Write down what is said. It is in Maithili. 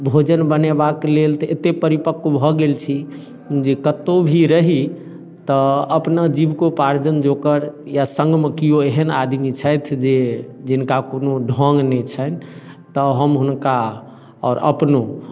भोजन बनेबाक लेल तऽ एतेक परिपक्व भऽ गेल छी जे कतहुँ भी रही तऽ अपना जीविकोपार्जन जोकर या सङ्गमे केओ एहन आदमी छथि जे जिनका कोनो ढङ्ग नहि छनि तऽ हम हुनका आओर अपनो